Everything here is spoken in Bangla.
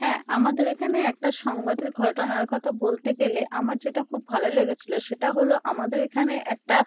হ্যাঁ আমাদের এখানে একটা সংবাদের ঘটনার কথা বলতে গেলে আমার যেটা খুব ভালো লেগেছিলো সেটা হলো আমাদের এখানে একটা